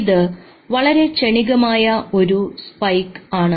ഇത് വളരെ ക്ഷണികമായ ഒരു സ്പൈക്ക് ആണ്